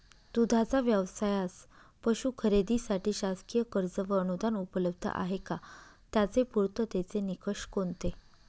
दूधाचा व्यवसायास पशू खरेदीसाठी शासकीय कर्ज व अनुदान उपलब्ध आहे का? त्याचे पूर्ततेचे निकष कोणते?